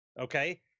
Okay